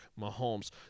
Mahomes